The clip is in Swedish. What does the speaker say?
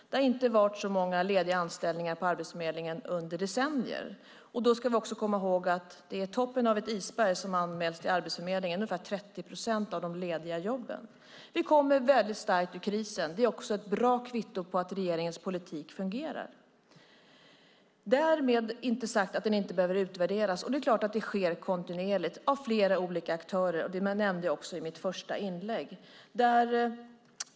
Det har inte varit så många lediga anställningar anmälda på Arbetsförmedlingen under decennier. Då ska vi också komma ihåg att det är toppen av ett isberg som anmäls till Arbetsförmedlingen. Det är ungefär 30 procent av de lediga jobben. Vi kommer väldigt starka ur krisen. Det är också ett bra kvitto på att regeringens politik fungerar. Därmed inte sagt att den inte behöver utvärderas. Det är klart att det sker kontinuerligt av flera olika aktörer. Det nämnde jag också i mitt första inlägg.